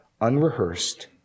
unrehearsed